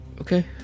okay